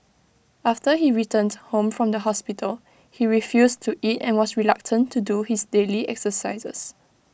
after he returned home from the hospital he refused to eat and was reluctant to do his daily exercises